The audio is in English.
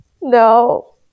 no